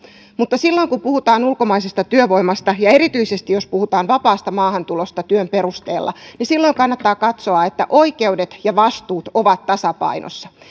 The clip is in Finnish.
mutta kun puhutaan ulkomaisesta työvoimasta ja erityisesti jos puhutaan vapaasta maahantulosta työn perusteella niin silloin kannattaa katsoa että oikeudet ja vastuut ovat tasapainossa